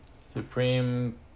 Supreme